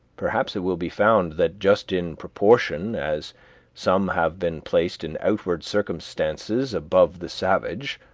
perhaps it will be found that just in proportion as some have been placed in outward circumstances above the savage,